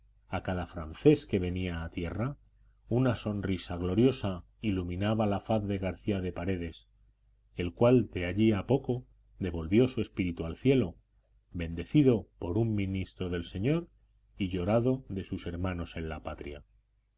a cada francés que venía a tierra una sonrisa gloriosa iluminaba la faz de garcía de paredes el cual de allí a poco devolvió su espíritu al cielo bendecido por un ministro del señor y llorado de sus hermanos en la patria